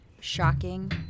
shocking